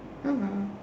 oh well